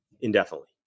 indefinitely